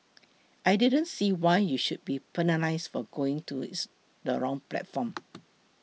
I didn't see why you should be penalised for going to its the wrong platform